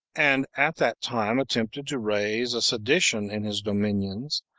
and at that time attempted to raise a sedition in his dominions,